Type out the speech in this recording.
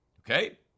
Okay